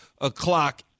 o'clock